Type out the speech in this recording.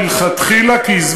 היא לכתחילה,